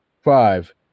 five